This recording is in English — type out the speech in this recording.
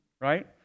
right